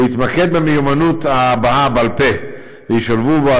הוא יתמקד במיומנות ההבעה בעל פה וישולבו בו,